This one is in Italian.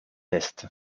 est